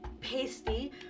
pasty